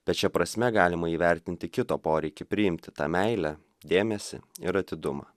bet šia prasme galima įvertinti kito poreikį priimti tą meilę dėmesį ir atidumą